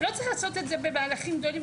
לא צריך לעשות את זה במהלכים גדולים,